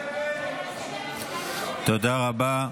תודה רבה.